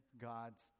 god's